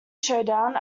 showdown